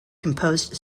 composed